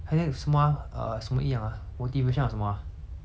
and inspiration 我觉得不一样 though